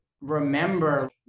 remember